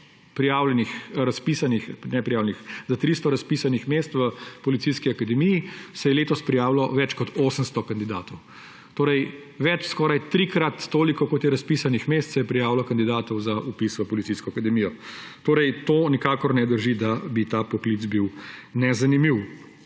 za 300 razpisanih mest v policijski akademiji se je letos prijavilo več kot 800 kandidatov. Skoraj trikrat toliko, kot je razpisanih mest, se je prijavilo kandidatov za vpis v policijsko akademijo. Torej nikakor ne drži, da bi bil ta poklic nezanimiv.